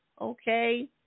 Okay